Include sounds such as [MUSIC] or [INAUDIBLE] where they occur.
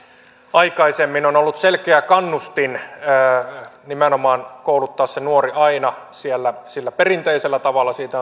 aikaisemmin on ollut selkeä kannustin kouluttaa se nuori nimenomaan aina sillä perinteisellä tavalla siitä [UNINTELLIGIBLE]